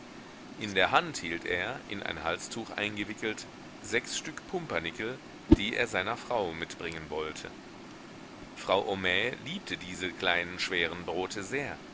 in der hand hielt er in ein halstuch eingewickelt sechs stück pumpernickel die er seiner frau mitbringen wollte frau homais liebte diese kleinen schweren brote sehr